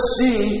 see